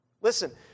Listen